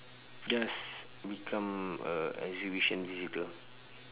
just become a exhibition visitor